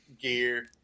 gear